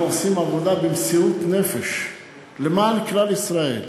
אנחנו עושים עבודה במסירות נפש למען כלל ישראל,